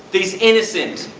these innocent,